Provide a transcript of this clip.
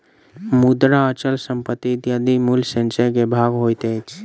मुद्रा, अचल संपत्ति इत्यादि मूल्य संचय के भाग होइत अछि